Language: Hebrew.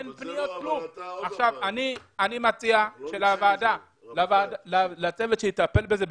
אני מציע שלצוות שיטפל בזה,